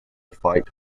fight